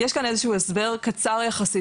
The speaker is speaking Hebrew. יש כאן איזשהו הסבר קצר יחסית,